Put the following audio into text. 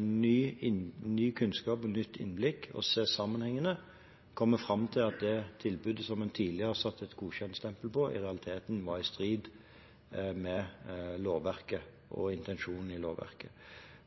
ny tilnærming, ny kunnskap og nytt innblikk og ved å se sammenhengene kommer fram til at det tilbudet som man tidligere satte et godkjentstempel på, i realiteten var i strid med lovverket og intensjonen i lovverket.